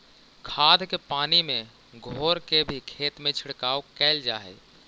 खाद के पानी में घोर के भी खेत में छिड़काव कयल जा हई